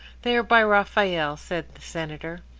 they are by raphael, said the senator.